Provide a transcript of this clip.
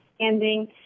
ending